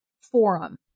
forum